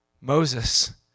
Moses